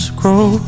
grow